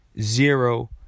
zero